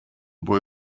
boy